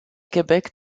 québec